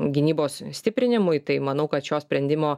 gynybos stiprinimui tai manau kad šio sprendimo